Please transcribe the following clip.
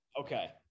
okay